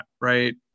right